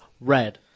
red